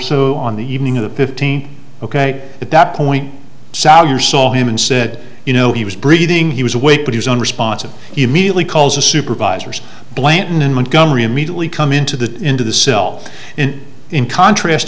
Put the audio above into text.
so on the evening of the fifteen ok at that point sal your saw him and said you know he was breathing he was awake but his own response of immediately calls the supervisors blanton and montgomery immediately come into the into the cell in in contrast